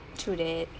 true that